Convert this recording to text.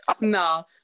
No